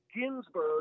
Ginsburg